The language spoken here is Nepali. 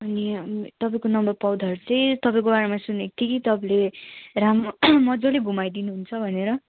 अनि तपाईँको नम्बर पाउँदाखेरि चाहिँ तपाईँको बारेमा सुनेको थिएँ कि तपाईँले राम्रो मज्जाले घुमाइदिनुहुन्छ भनेर